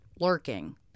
lurking